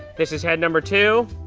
this is head number two.